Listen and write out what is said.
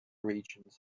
regions